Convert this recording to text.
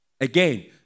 Again